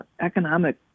economic